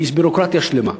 כי יש ביורוקרטיה שלמה.